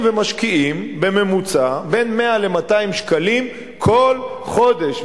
האזרחים הולכים ומשקיעים בממוצע בין 100 ל-200 שקלים כל חודש,